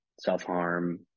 self-harm